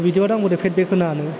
बिदिबाथ' आं बोरै फिडबेक होनो हानो